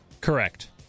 Correct